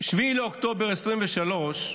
7 באוקטובר 2023,